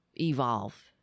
evolve